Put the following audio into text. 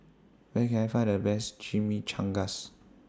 Where Can I Find The Best Chimichangas